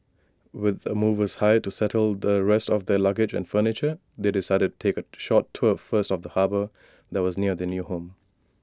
with the movers hired to settle the rest of their luggage and furniture they decided to take A short tour first of the harbour that was near their new home